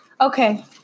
okay